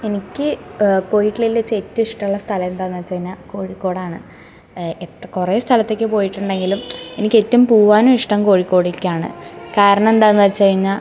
എനിക്ക് പോയിട്ടുള്ളതിൽ വെച്ച് ഏറ്റവും ഇഷ്ടമുള്ള സ്ഥലം എന്താണെന്ന് വെച്ച് കഴിഞ്ഞാൽ കോഴിക്കോടാണ് എത്ര കുറേ സ്ഥലത്തേക്ക് പോയിട്ടുണ്ടെങ്കിലും എനിക്ക് ഏറ്റവും പോവാനും ഇഷ്ടം കോഴിക്കോടേക്കാണ് കാരണം എന്താണെന്ന് വെച്ച് കഴിഞ്ഞാൽ